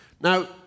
Now